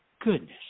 goodness